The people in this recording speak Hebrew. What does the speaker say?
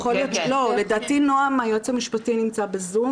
לדעתי נועם היועץ המשפטי נמצא בזום,